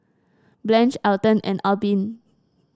Blanch Elton and Albin